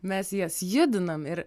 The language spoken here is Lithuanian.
mes jas judinam ir